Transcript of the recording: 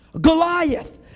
Goliath